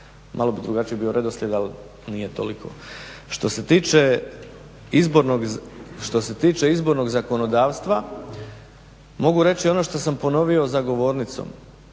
malo bi drugačiji bio redoslijed, ali nije toliko. Što se tiče izbornog zakonodavstva, mogu reći ono što sam ponovio za govornicom.